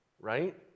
right